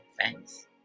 thanks